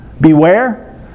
beware